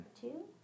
Two